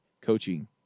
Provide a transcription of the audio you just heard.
coaching